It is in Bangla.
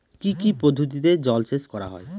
কি কি পদ্ধতিতে জলসেচ করা হয়?